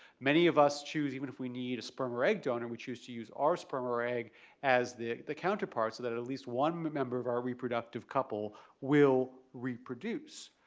many of us choose, even if we need a sperm or egg donor, we choose to use our sperm or egg as the the counterpart, so that at at least one member of our reproductive couple will reproduce.